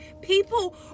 People